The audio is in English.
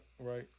right